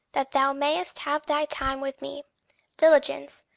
that thou mayst have thy time with me diligence,